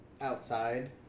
outside